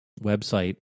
website